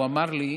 הוא אמר לי: